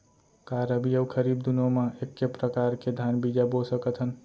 का रबि अऊ खरीफ दूनो मा एक्के प्रकार के धान बीजा बो सकत हन?